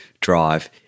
drive